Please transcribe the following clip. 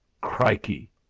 Crikey